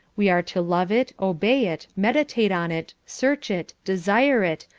we are to love it, obey it, meditate on it, search it, desire it,